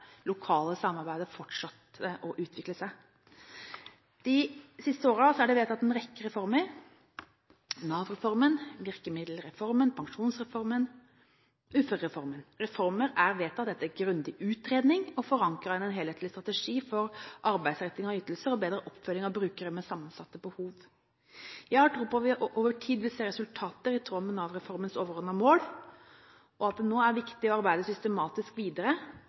lokale samarbeidet fortsatt utvikle seg. De siste årene er det vedtatt en rekke reformer – Nav-reformen, arbeids- og virkemiddelreformen, pensjonsreformen, uførereformen – reformer vedtatt etter grundige utredninger og forankret i en helhetlig strategi for arbeidsretting av ytelser og bedre oppfølging av brukere med sammensatte behov. Jeg har tro på at vi over tid vil se resultater i tråd med Nav-reformens overordnede mål, og at det nå er viktig å arbeide systematisk videre